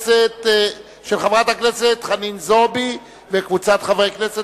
של חברת הכנסת חנין זועבי וקבוצת חברי הכנסת.